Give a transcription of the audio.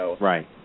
Right